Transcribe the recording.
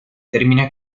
termina